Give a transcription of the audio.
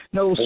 no